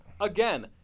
Again